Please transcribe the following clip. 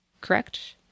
correct